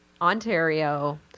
Ontario